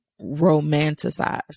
romanticized